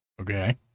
Okay